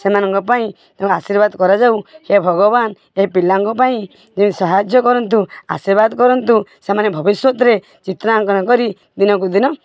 ସେମାନଙ୍କ ପାଇଁ ତାଙ୍କୁ ଆଶୀର୍ବାଦ କରାଯାଉ ହେ ଭଗବାନ ଏହି ପିଲାଙ୍କ ପାଇଁ ଯେମିତି ସାହାଯ୍ୟ କରନ୍ତୁ ଆଶୀର୍ବାଦ କରନ୍ତୁ ସେମାନେ ଭବିଷ୍ୟତରେ ଚିତ୍ରାଙ୍କନ କରି ଦିନକୁ ଦିନ